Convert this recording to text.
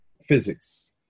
physics